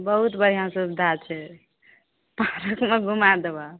बहुत बढ़िआँ सुविधा छै पार्क मे घुमा देबऽ